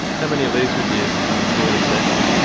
how many of these would you do in a session?